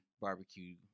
barbecue